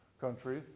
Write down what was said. country